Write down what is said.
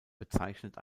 bezeichnet